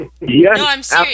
Yes